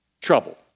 trouble